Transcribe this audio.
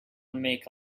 make